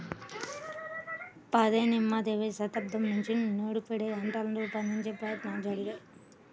పద్దెనిమదవ శతాబ్దం నుంచే నూర్పిడి యంత్రాన్ని రూపొందించే ప్రయత్నాలు జరిగాయి